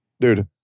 Dude